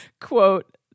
quote